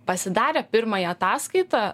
pasidarė pirmąją ataskaitą